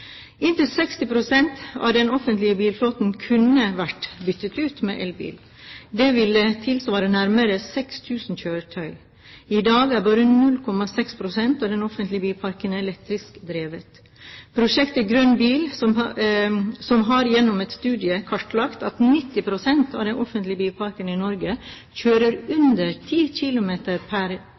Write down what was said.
Inntil 60 pst. av den offentlige bilparken kunne vært byttet ut med elbiler. Det ville tilsvare nærmere 6 000 kjøretøyer. I dag er bare 0,6 pst. av den offentlige bilparken elektrisk drevet. Prosjektet Grønn Bil har gjennom en studie kartlagt at 90 pst. av den offentlige bilparken i Norge kjører under 10 mil per